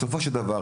בסופו של דבר,